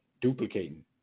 duplicating